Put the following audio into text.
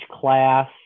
class